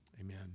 Amen